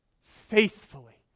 faithfully